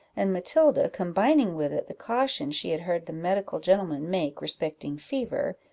and matilda combining with it the caution she had heard the medical gentleman make respecting fever,